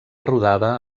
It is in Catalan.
rodada